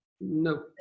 no